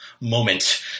moment